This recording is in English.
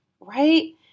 right